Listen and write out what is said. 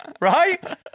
right